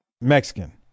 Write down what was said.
Mexican